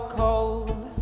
cold